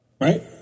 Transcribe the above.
right